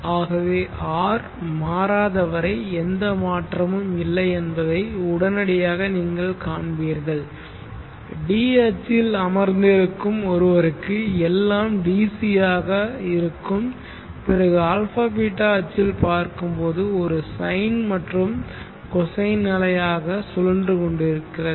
ஆகவே R மாறாத வரை எந்த மாற்றமும் இல்லை என்பதை உடனடியாக நீங்கள் காண்பீர்கள் d அச்சில் அமர்ந்திருக்கும் ஒருவருக்கு எல்லாம் DC ஆக இருக்கும் பிறகு αβ அச்சில் பார்க்கும்போது ஒரு சைன் மற்றும் கொசைன் அலை ஆக சுழன்று கொண்டிருக்கிறது